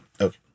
Okay